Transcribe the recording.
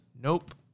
nope